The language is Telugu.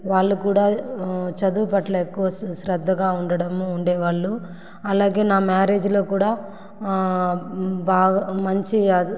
వాళ్ళు కూడా చదువు పట్ల ఎక్కువ శ్ర శ్రద్ధగా ఉండడము ఉండేవాళ్ళు అలాగే నా మ్యారేజ్లో కూడా బాగా మంచి అది